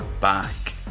back